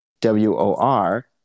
W-O-R